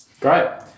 Great